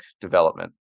development